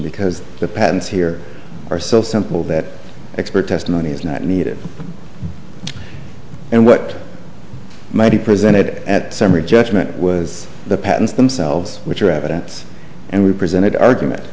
because the patents here are so simple that expert testimony is not needed and what might be presented at emory judgment was the patents themselves which are evidence and we presented argument